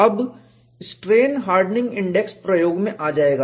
अब strain hardening index प्रयोग में आ जाएगा